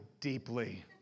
deeply